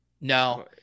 No